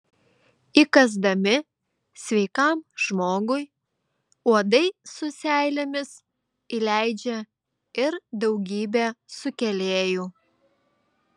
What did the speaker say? įkąsdami sveikam žmogui uodai su seilėmis įleidžia ir daugybę sukėlėjų